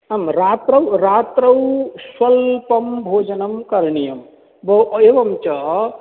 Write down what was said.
आं रात्रौ रात्रौ स्वल्पं भोजनं करणीयं भो एवञ्च